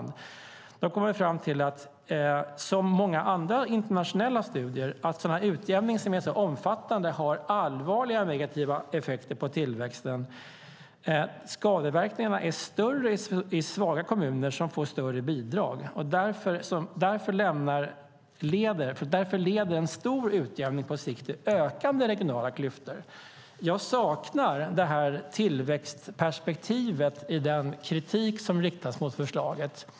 De har som i många andra internationella studier kommit fram till att utjämning som är så omfattande har allvarliga negativa effekter på tillväxten. Skadeverkningarna är större i svaga kommuner som får större bidrag. Därför leder en stor utjämning på sikt till ökade regionala klyftor. Jag saknar tillväxtperspektivet i den kritik som riktas mot förslaget.